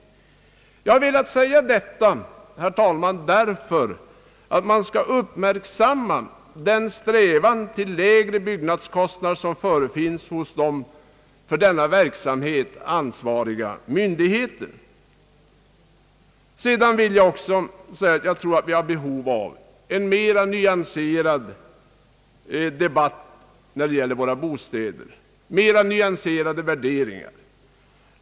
Jag har velat säga detta, herr talman, för att man skall uppmärksamma den strävan till lägre byggnadskostnader som finns hos de för denna verksamhet ansvariga myndigheterna. Jag tror dessutom att vi har behov av mera nyanserade värderingar i vår bostadsdebatt.